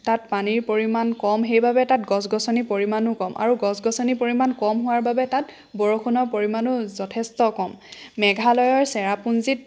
তত পানীৰ পৰিমাণ কম সেইবাবে তাত গছ গছনিৰ পৰিমাণো কম আৰু গছ গছনিৰ পৰিমাণ কম হোৱাৰ বাবে তাত বৰষুণৰ পৰিমাণো যথেষ্ট কম মেঘালয়ৰ চেৰাপুঞ্জীত